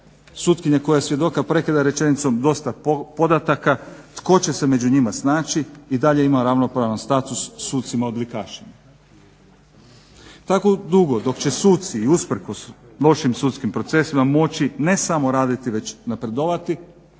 sutkinja koja svjedoka prekida rečenicom dosta podataka, tko će se među njima snaći i dalje ima ravnopravan status sa sucima odlikašima. Tako dugo dok će suci i usprkos lošim sudskim procesima moći ne samo raditi već napredovati,